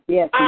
Yes